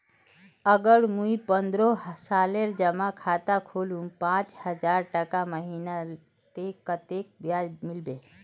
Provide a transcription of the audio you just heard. अगर मुई पन्द्रोह सालेर जमा खाता खोलूम पाँच हजारटका महीना ते कतेक ब्याज मिलबे?